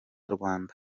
rwanda